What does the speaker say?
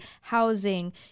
housing